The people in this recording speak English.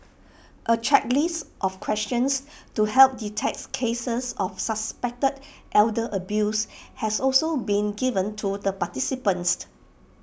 A checklist of questions to help detect cases of suspected elder abuse has also been given to the participants